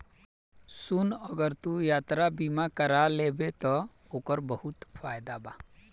सुन अगर तू यात्रा बीमा कारा लेबे त ओकर बहुत फायदा बा